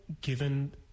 given